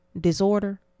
disorder